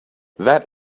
that